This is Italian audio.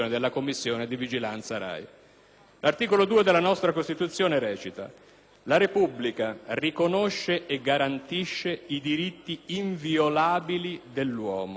L'articolo 2 della nostra Costituzione recita: «La Repubblica riconosce e garantisce i diritti inviolabili dell'uomo, sia come singolo,